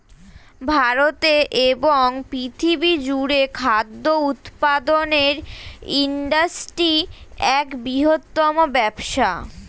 ভারতে এবং পৃথিবী জুড়ে খাদ্য উৎপাদনের ইন্ডাস্ট্রি এক বৃহত্তম ব্যবসা